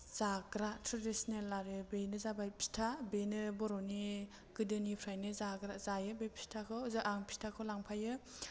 जाग्रा ट्रेडिसनेल आरो बेनो जाबाय फिथा बेनो बर'नि गोदोनिफ्रायनो जाग्रा जायो बे फिथाखौ जा आं फिथाखौ लांफायो